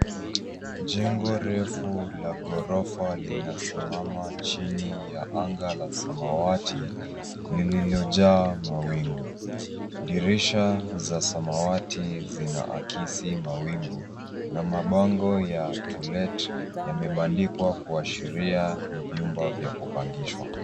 Jengo refu la gorofa linasimama chini ya anga la samawati lililojaa mawingu. Dirisha za samawati zinaakisi mawingu na mabango la To Let yamebandikwa kuashiria ni vyumba vya kupangishwa.